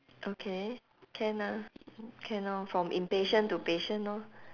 okay can ah can orh from impatient to patient orh